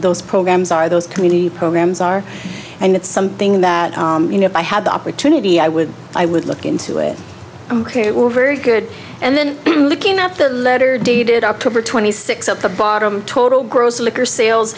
those programs are those community programs are and it's something that you know i had the opportunity i would i would look into it it was very good and then looking up the letter dated october twenty sixth at the bottom total gross liquor sales